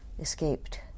escaped